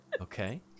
Okay